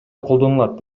колдонулат